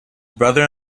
brother